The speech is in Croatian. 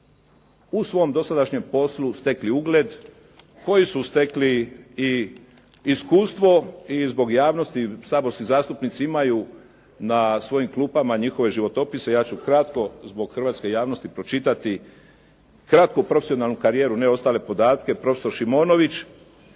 u svom dosadašnjem poslu stekli ugled, koji su stekli i iskustvo i iz zbog javnosti saborski zastupnici imaju na svojim kupama njihove životopise, ja ću kratko zbog hrvatske javnosti pročitati kratku profesionalnu karijeru, ne ostale podatke. Profesor Šimonović